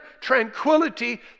tranquility